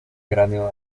cráneo